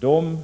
De